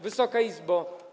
Wysoka Izbo!